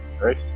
right